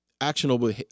actionable